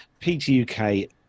PTUK